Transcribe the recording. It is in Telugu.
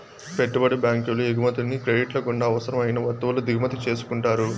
పెట్టుబడి బ్యాంకులు ఎగుమతిని క్రెడిట్ల గుండా అవసరం అయిన వత్తువుల దిగుమతి చేసుకుంటారు